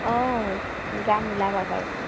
অ যাম ওলাবা বাৰু